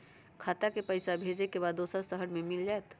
खाता के पईसा भेजेए के बा दुसर शहर में मिल जाए त?